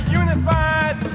unified